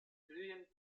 frühen